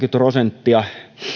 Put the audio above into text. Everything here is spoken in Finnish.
prosenttia